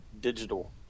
digital